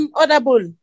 audible